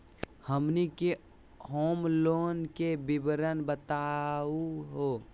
हमनी के home loan के विवरण बताही हो?